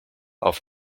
auf